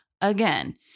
Again